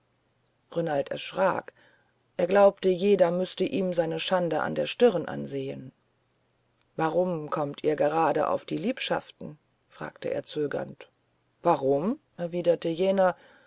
renald erschrak er glaubte jeder müßte ihm seine schande an der stirn ansehn warum kommt ihr gerade auf die liebschaften fragte er zögernd warum erwiderte jener